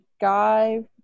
guy